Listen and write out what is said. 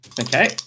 Okay